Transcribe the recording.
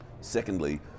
Secondly